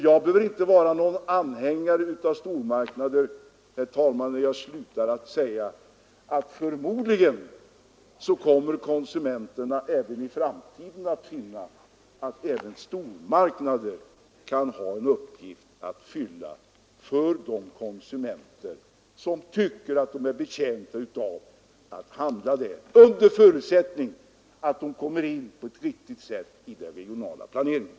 Jag behöver inte vara någon anhängare av stormarknader, herr talman, när jag slutar med att säga att förmodligen kommer de även i framtiden att ha en uppgift att fylla för de konsumenter som tycker att de är betjänta av att handla där — under förutsättning att stormarknaderna kommer in på ett riktigt sätt i den regionala planeringen.